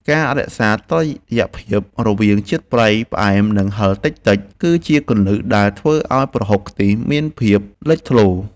ការរក្សាតុល្យភាពរវាងជាតិប្រៃ ផ្អែម និងហឹរតិចៗគឺជាគន្លឹះដែលធ្វើឱ្យប្រហុកខ្ទិះនេះមានភាពលេចធ្លោ។